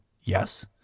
Yes